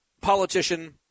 politician